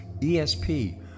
ESP